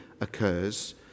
occurs